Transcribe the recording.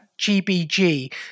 GBG